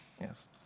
Yes